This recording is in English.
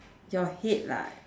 your head lah